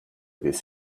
this